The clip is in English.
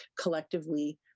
collectively